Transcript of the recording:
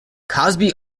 cosby